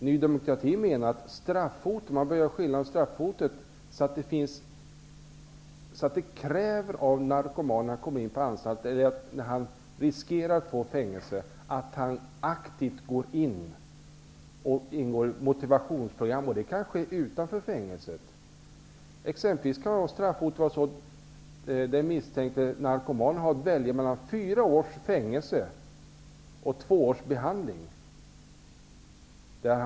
Ny demokrati menar att hotet om straff kräver av narkomanen, när han kommer in på anstalt eller när han riskerar att få fängelse, att han aktivt ingår i ett motivationsprogram. Det kan ske utanför fängelset. Exempelvis kan den misstänkte narkomanen få välja mellan fyra års fängelse och två års behandling.